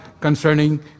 concerning